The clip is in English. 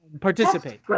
participate